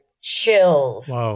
chills